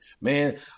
Man